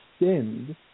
extend